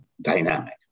dynamic